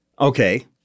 okay